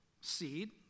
seed